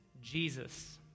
Jesus